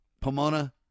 Pomona